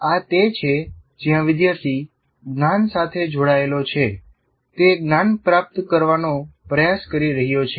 આ તે છે જ્યાં વિદ્યાર્થી જ્ઞાન સાથે જોડાયેલો છે તે જ્ઞાન પ્રાપ્ત કરવાનો પ્રયાસ કરી રહ્યો છે